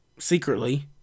secretly